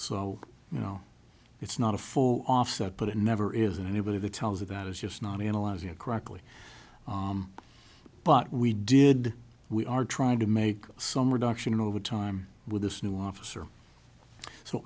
so you know it's not a full offset but it never is and anybody that tells about is just not analyzing a correctly but we did we are trying to make some reduction in overtime with this new officer so